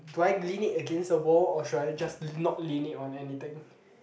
do I lean it against the wall or should I just not lean it on anything